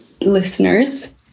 listeners